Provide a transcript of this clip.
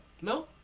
No